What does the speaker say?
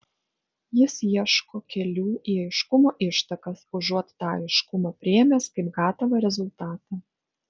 jis ieško kelių į aiškumo ištakas užuot tą aiškumą priėmęs kaip gatavą rezultatą